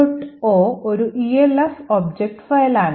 o ഒരു ELF object ഫയലാണ്